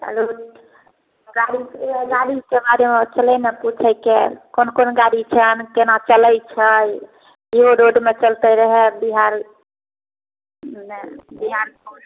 hello गाड़ीके हए गाड़ीके बारेमे ओहिसने ने पुछैत छिअनि कोन कोन गाड़ी छनि केना चलैत छै इहो रोडमे चलते रहै बिहारमे बिहार कौलेज